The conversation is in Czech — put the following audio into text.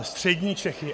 Střední Čechy.